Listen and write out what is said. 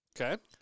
Okay